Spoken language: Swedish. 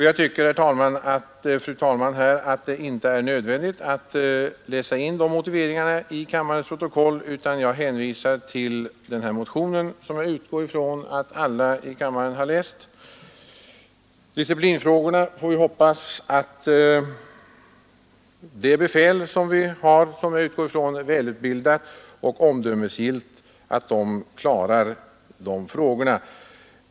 Jag tycker, fru talman, att det inte är nödvändigt att läsa in de motiveringarna i kammarens protokoll, utan jag hänvisar till den här motionen och utgår ifrån att alla i kammaren har läst den. Vi får hoppas att disciplinfrågorna klaras av befälet som — det utgår jag ifrån — är välutbildat och omdömesgillt.